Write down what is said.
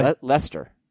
Leicester